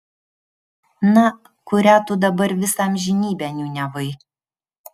na kurią tu dabar visą amžinybę niūniavai